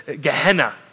Gehenna